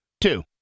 Two